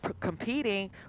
competing